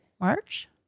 March